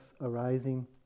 arising